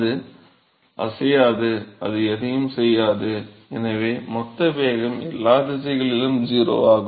அது அசையாது அது எதையும் செய்யாது எனவே மொத்த வேகம் எல்லா திசைகளிலும் 0 ஆகும்